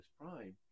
Prime